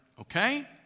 okay